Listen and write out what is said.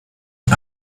und